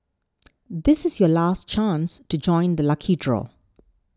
this is your last chance to join the lucky draw